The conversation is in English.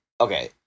Okay